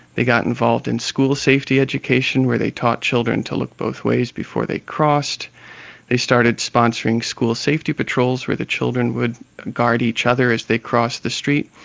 they got involved in school safety education where they taught children to look both ways before they crossed they started sponsoring school safety patrols where the children would guide each other as they crossed the street,